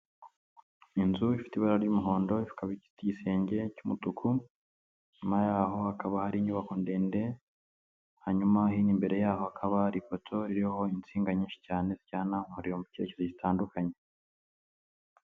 Inzu ifite ibara ry'umuhondo ikaba ifite igisenge cy'umutuku, inyuma yaho hakaba hari inyubako ndende, hanyuma hino imbere yaho hakaba hari ipoto iriho insinga nyinshi cyane zijyana umuriro mu cyerekezo gitandukanye.